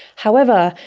however,